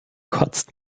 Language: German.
kotzt